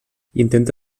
intenta